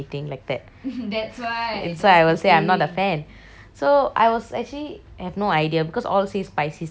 that's why I will say I'm not a fan so I was actually I have no idea because all say spicy spicy but my spicy level it's quite high